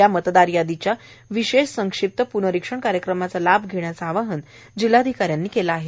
या मतदार यादीच्या विशेष संक्षिप्त प्नरिक्षण कार्यक्रमाचा लाभ घेण्याचे आवाहन जिल्हाधिकारी अश्विन म्दगल यांनी केले आहे